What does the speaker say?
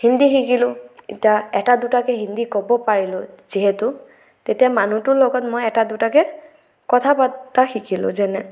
হিন্দী শিকিলোঁ এতিয়া এটা দুটাকৈ হিন্দী ক'ব পাৰিলোঁ যিহেতু তেতিয়া মানুহটোৰ লগত মই এটা দুটাকৈ কথা পতা শিকিলোঁ যেনে